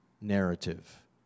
narrative